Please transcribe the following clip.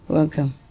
Welcome